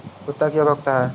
कुत्ता क्यों भौंकता है?